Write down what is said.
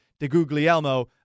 DeGuglielmo